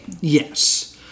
Yes